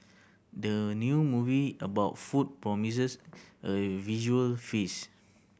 the new movie about food promises a visual feast